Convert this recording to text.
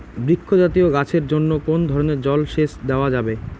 বৃক্ষ জাতীয় গাছের জন্য কোন ধরণের জল সেচ দেওয়া যাবে?